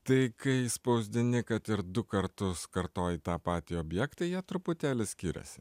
tai kai spausdini kad ir du kartus kartoji tą patį objektą jie truputėlį skiriasi